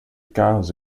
carros